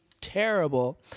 terrible